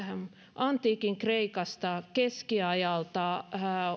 antiikin kreikasta keskiajalta